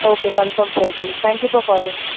okay confirm થઈ ગયું thank you for calling